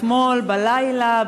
אתמול בלילה,